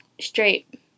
Straight